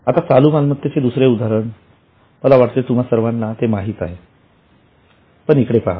आता चालू मालमत्तेचे दुसरे उदाहरण मला वाटते तुम्हा सर्वांना ते माहित आहे पण इकडे पहा